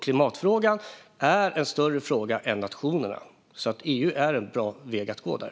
Klimatfrågan är en större fråga än nationerna, så EU är en bra väg att gå där.